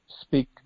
speak